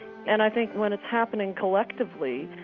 and i think when it's happening collectively,